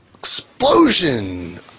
explosion